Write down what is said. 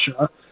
Russia